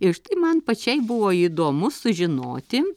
ir štai man pačiai buvo įdomu sužinoti